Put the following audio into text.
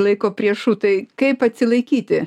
laiko priešu tai kaip atsilaikyti